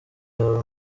yawe